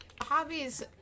hobbies